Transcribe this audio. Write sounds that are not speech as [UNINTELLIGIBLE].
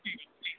[UNINTELLIGIBLE]